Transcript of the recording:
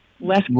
less